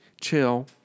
chill